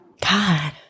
God